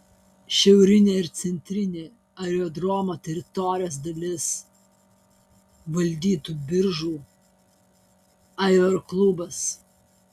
šiaurinę ir centrinę aerodromo teritorijos dalis valdytų biržų aeroklubas